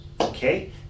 okay